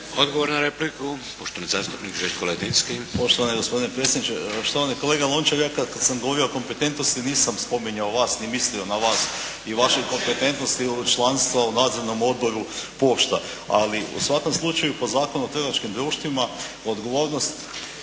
Željko (HSS)** Poštovani gospodine predsjedniče. Štovani kolega Lončar ja kad sam govorio o kompetentnosti nisam spominjao vas ni mislio na vas i vaše kompetentnosti u članstvu u Nadzornom odboru Pošta. Ali u svakom slučaju po Zakonu o trgovačkim društvima odgovornost